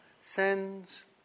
sends